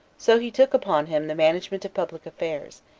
so he took upon him the management of public affairs,